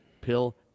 Pill